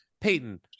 Peyton